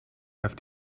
have